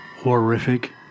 Horrific